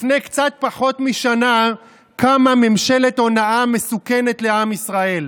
לפני קצת פחות משנה קמה ממשלת הונאה מסוכנת לעם ישראל.